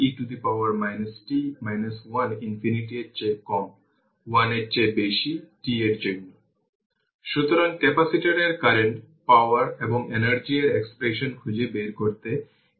সুতরাং যদি Req R Thevenin খুঁজে বের করা হয় তবে এটি হল 5 5 15 5 এবং 5 5 15 এটি একই জিনিস r যাকে 4 Ω বলে